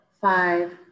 five